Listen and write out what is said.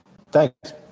Thanks